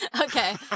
okay